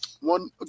One